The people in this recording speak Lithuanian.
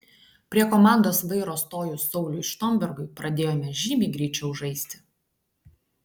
prie komandos vairo stojus sauliui štombergui pradėjome žymiai greičiau žaisti